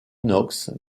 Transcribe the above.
inox